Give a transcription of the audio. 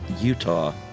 Utah